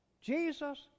Jesus